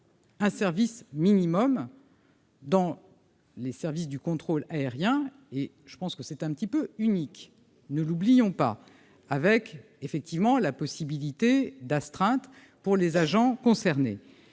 Un service minimum. Dans. Les services du contrôle aérien et je pense que c'est un petit peu unique, ne l'oublions pas, avec effectivement la possibilité d'astreinte pour les agents concernés,